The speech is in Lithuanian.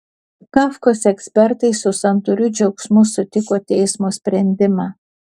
kafkos ekspertai su santūriu džiaugsmu sutiko teismo sprendimą